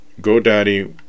GoDaddy